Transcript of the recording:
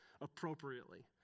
appropriately